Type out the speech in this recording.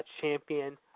champion